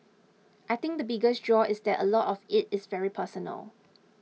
I think the biggest draw is that a lot of it is very personal